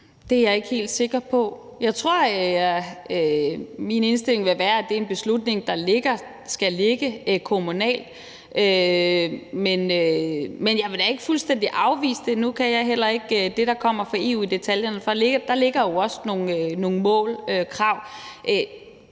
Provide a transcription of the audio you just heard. Det er jeg ikke helt sikker på. Jeg tror, min indstilling vil være, at det er en beslutning, der skal ligge kommunalt, men jeg vil da ikke fuldstændig afvise det. Nu kan jeg heller ikke i detaljerne det, der kommer fra EU, men der ligger jo også nogle krav.